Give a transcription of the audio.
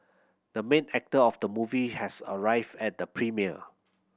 the main actor of the movie has arrived at the premiere